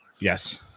Yes